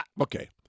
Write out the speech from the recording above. okay